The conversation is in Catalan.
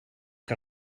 que